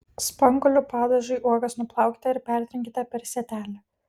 spanguolių padažui uogas nuplaukite ir pertrinkite per sietelį